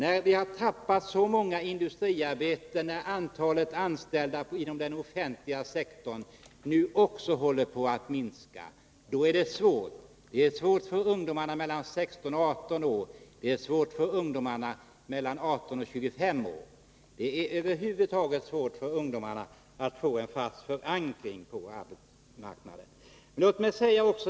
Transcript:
Då vi har tappat så många industriarbeten och när även antalet anställda inom den offentliga sektorn nu håller på att minska, är det svårt för ungdomarna mellan 16 och 18 år, liksom också för dem som är i åldern 18 till 25 år. Det är över huvud taget svårt för ungdomarna att få en fast förankring på arbetsmarknaden.